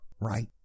right